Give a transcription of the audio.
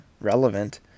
relevant